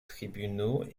tribunaux